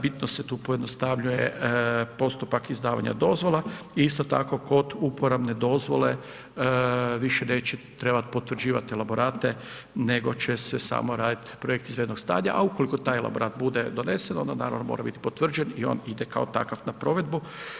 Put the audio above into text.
Bitno se tu pojednostavljuje postupak izdavanja dozvola i isto tako kod uporabne dozvole više neće trebati potvrđivati elaborate nego će se samo raditi projekti iz ... stanja a ukoliko taj elaborat bude donesen onda naravno mora biti i potvrđen i on ide kao takav na provedbu.